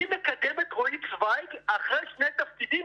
אני מקדם את רועי צוויג אחרי שני תפקידים,